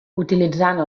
utilitzant